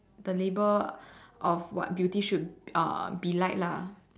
the label of what beauty should uh be like lah